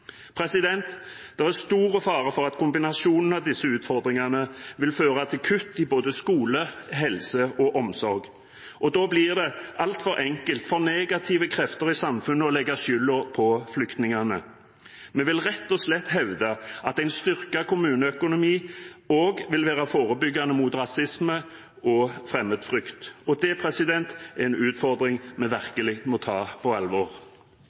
er stor fare for at kombinasjonen av disse utfordringene vil føre til kutt i både skole, helse og omsorg. Da blir det altfor enkelt for negative krefter i samfunnet å legge skylden på flyktningene. Vi vil rett og slett hevde at en styrket kommuneøkonomi også vil være forebyggende mot rasisme og fremmedfrykt, og det er en utfordring vi virkelig må ta på alvor.